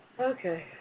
Okay